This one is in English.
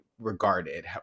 regarded